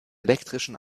elektrischen